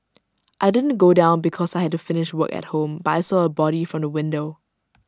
I didn't go down because I had to finish work at home but I saw A body from the window